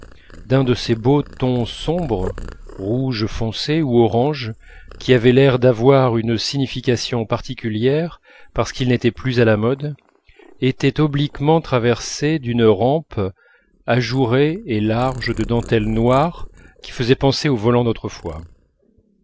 d'un de ces beaux tons sombres rouge foncé ou orange qui avaient l'air d'avoir une signification particulière parce qu'ils n'étaient plus à la mode était obliquement traversée d'une rampe ajourée et large de dentelle noire qui faisait penser aux volants d'autrefois